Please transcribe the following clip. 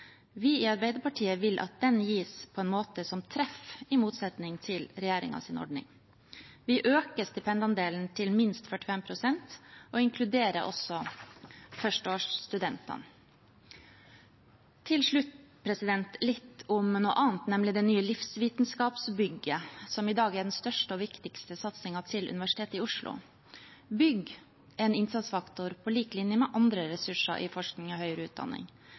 Vi i Arbeiderpartiet vil at den gis på en måte som treffer, i motsetning til regjeringens ordning. Vi øker stipendandelen til minst 45 pst. og inkluderer også førsteårsstudentene. Til slutt litt om noe annet, nemlig det nye Livsvitenskapsbygget, som i dag er den største og viktigste satsingen til Universitetet i Oslo. Bygg er en innsatsfaktor på lik linje med andre ressurser i forskning og høyere utdanning.